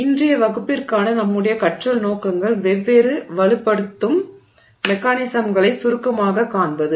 இன்றைய வகுப்பிற்கான நம்முடைய கற்றல் நோக்கங்கள் வெவ்வேறு வலுப்படுத்தும் மெக்கானிசம்களை சுருக்கமாகக் காண்பது